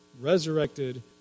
resurrected